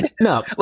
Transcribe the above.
No